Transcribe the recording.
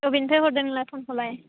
अबेनिफ्राय हरदों नोंलाय फनखौलाय